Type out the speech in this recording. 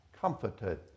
comforted